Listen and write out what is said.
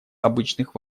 обычных